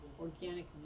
organic